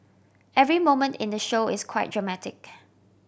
every moment in the show is quite dramatic